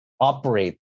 operate